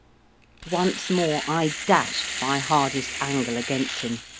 once more i dashed my hardest angle against him,